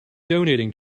donating